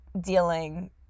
dealing